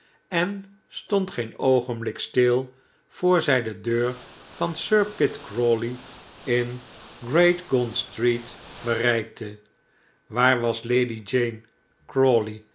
en stond geen oogenblik stil voor zij de deur van sir pitt crawley in great gaunt street bereikte waar was lady jane